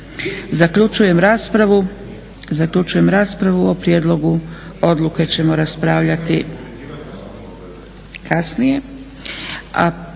Zaključujem raspravu. O prijedlogu odluke ćemo raspravljati kasnije.